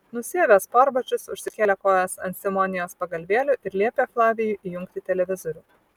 nusiavė sportbačius užsikėlė kojas ant simonijos pagalvėlių ir liepė flavijui įjungti televizorių